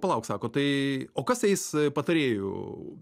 palauk sako tai o kas eis patarėju